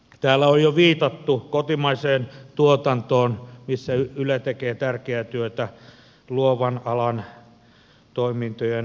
täällä on jo viitattu kotimaiseen tuotantoon missä yle tekee tärkeää työtä luovan alan toimintojen turvaamiseksi